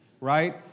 right